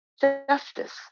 Justice